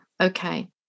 Okay